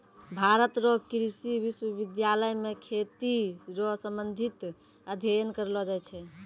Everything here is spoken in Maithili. भारत रो कृषि विश्वबिद्यालय मे खेती रो संबंधित अध्ययन करलो जाय छै